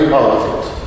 politics